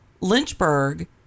Lynchburg